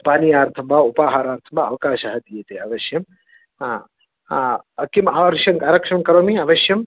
पानीयार्थं वा उपाहारार्थं वा अवकाशः दीयते अवश्यं हा हा किम् आवर्षम् आरक्षणं करोमि अवश्यम्